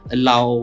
Allow